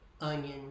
onion